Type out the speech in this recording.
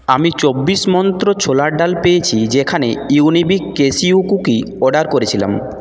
আমি চব্বিশ মন্ত্র ছোলার ডাল পেয়েছি যেখানে ইউনিবিক ক্যাশিউ কুকি অর্ডার করেছিলাম